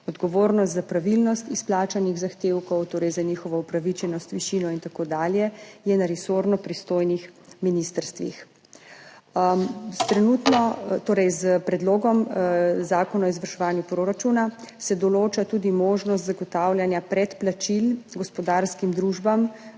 Odgovornost za pravilnost izplačanih zahtevkov, torej za njihovo upravičenost, višino in tako dalje, je na resorno pristojnih ministrstvih. S predlogom zakona o izvrševanju proračuna se določa tudi možnost zagotavljanja predplačil gospodarskim družbam